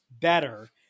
better